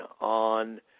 on